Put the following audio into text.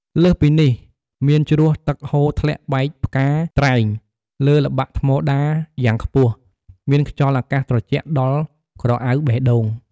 លើសពីនេះ មានជ្រោះទឹកហូរធ្លាក់បែកផ្កាត្រែងលើល្បាក់ថ្មដាយ៉ាងខ្ពស់ មានខ្យល់អាកាសត្រជាក់ដល់ក្រអៅបេះដូង។